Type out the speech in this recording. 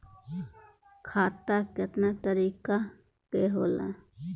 खाता केतना तरीका के होला?